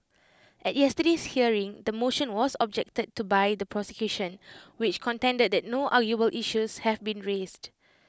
at yesterday's hearing the motion was objected to by the prosecution which contended that no arguable issues have been raised